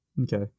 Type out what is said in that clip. Okay